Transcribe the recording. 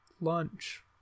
lunch